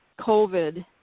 COVID